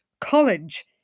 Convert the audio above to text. college